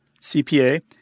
CPA